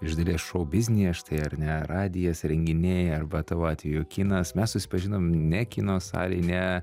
iš dalies šou biznyje štai ar ne radijas renginiai arba tavo atveju kinas mes susipažinom ne kino salėj ne